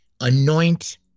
anoint